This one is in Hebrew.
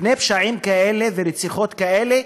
מפני פשעים כאלה ורציחות כאלה,